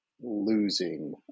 losing